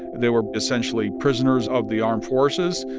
they were, essentially, prisoners of the armed forces.